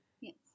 Yes